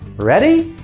ready?